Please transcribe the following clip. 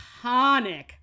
iconic